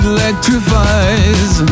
Electrifies